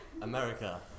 America